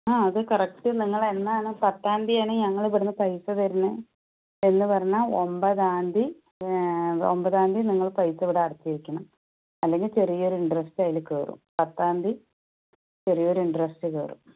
ആ അത് കറക്റ്റ് നിങ്ങൾ എന്നാണ് പത്താം തിയതിയാണ് ഞങ്ങൾ ഇവിടുന്ന് പൈസ തരുന്നത് എന്ന് പറഞ്ഞാൽ ഒൻപതാം തിയതി ഒൻപതാം തിയതി നിങ്ങൾ ഇവിടെ പൈസ അടച്ചിരിക്കണം അല്ലെങ്കിൽ ചെറിയ ഒരു ഇൻ്ററെസ്റ്റ് അതില് കയറും പത്താം തിയതി ചെറിയ ഒരു ഇൻ്ററെസ്റ്റ് കയറും